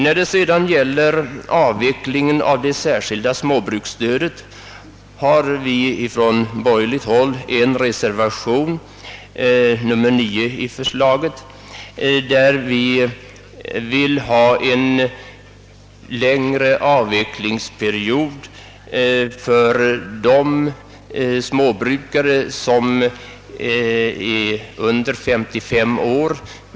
När det sedan gäller avvecklingen av det särskilda småbruksstödet har vi från borgerligt håll avgivit en reservation, nr 9, i vilken vi föreslår en längre avvecklingsperiod av stödet för de småbrukare som är under 55 år.